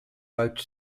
vote